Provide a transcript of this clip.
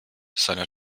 seiner